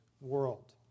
World